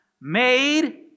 Made